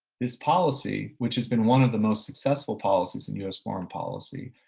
this policy, which has been one of the most successful policies in us foreign policy,